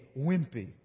wimpy